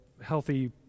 healthy